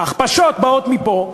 ההכפשות באות מפה.